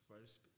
First